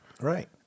Right